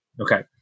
Okay